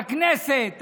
הכנסת,